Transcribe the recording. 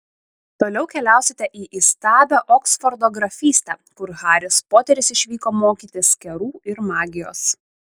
toliau keliausite į įstabią oksfordo grafystę kur haris poteris išvyko mokytis kerų ir magijos